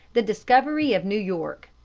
the discovery of new york